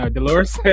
Dolores